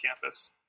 campus